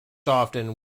often